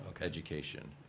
education